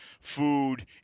food